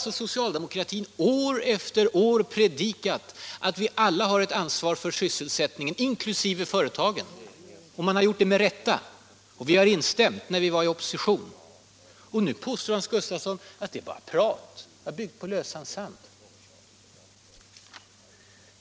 Socialdemokratin har alltså år efter år predikat att vi alla, inklusive företagen, har ett ansvar för sysselsättningen. Man har gjort det med rätta, och vi instämde när vi befann oss i opposition. Nu påstår herr Gustafsson att detta var prat, byggt på lösan sand!